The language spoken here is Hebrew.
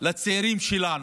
לצעירים שלנו,